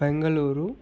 Bengaluru